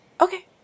Okay